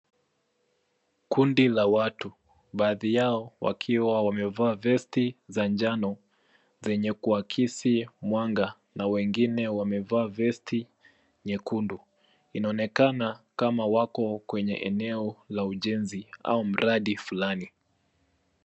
Kundi la watu, baadhi yao wakiwa wamevaa vesti za njano zenye kuakisi mwanga na wengine wamevaa vesti nyekundu. Inaonekana kama wako kwenye eneo la ujenzi au mradu fulani.